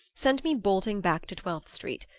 sent me bolting back to twelfth street.